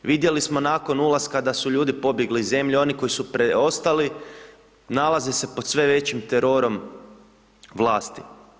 Vidjeli smo nakon ulaska, da su ljudi pobjegli iz zemlje, oni koji su preostali, nalaze se pod sve većim terorom vlasti.